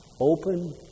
Open